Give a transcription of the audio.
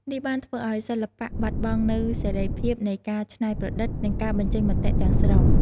នេះបានធ្វើឱ្យសិល្បៈបាត់បង់នូវសេរីភាពនៃការច្នៃប្រឌិត និងការបញ្ចេញមតិទាំងស្រុង។